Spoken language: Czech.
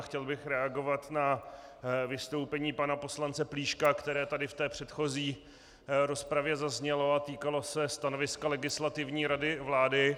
Chtěl bych reagovat na vystoupení pana poslance Plíška, které tady v té předchozí rozpravě zaznělo a týkalo se stanoviska Legislativní rady vlády.